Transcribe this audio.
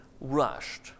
rushed